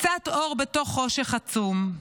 קצת אור בתוך חושך עצום.